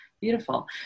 Beautiful